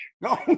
No